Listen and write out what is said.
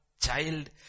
child